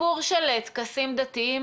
הסיפור של טקסים דתיים